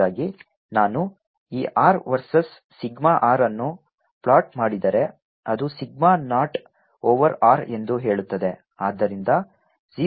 ಹಾಗಾಗಿ ನಾನು ಈ r ವರ್ಸ್ಸ್ ಸಿಗ್ಮಾ r ಅನ್ನು ಪ್ಲಾಟ್ ಮಾಡಿದರೆ ಅದು ಸಿಗ್ಮಾ ನಾಟ್ ಓವರ್ r ಎಂದು ಹೇಳುತ್ತದೆ